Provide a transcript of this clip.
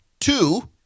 Two